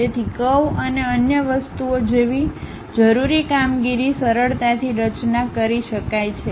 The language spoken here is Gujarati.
તેથી કરવ અને અન્ય વસ્તુઓ જેવી જરૂરી કામગીરી સરળતાથી રચના કરી શકાય છે